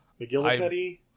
McGillicuddy